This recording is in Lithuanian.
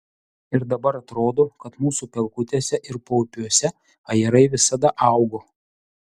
ir dabar atrodo kad mūsų pelkutėse ir paupiuose ajerai visada augo